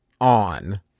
on